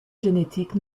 génétique